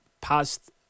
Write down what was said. past